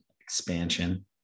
expansion